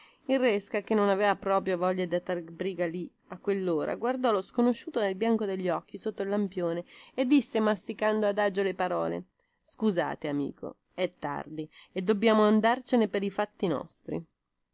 il resca che non aveva proprio voglia di attaccar briga lì a quellora guardò lo sconosciuto nel bianco degli occhi sotto il lampione e disse masticando adagio le parole scusate amico è tardi e dobbiamo andarcene pei fatti nostri